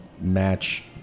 match